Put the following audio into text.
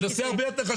זה נושא הרבה יותר חשוב.